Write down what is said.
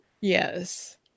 Yes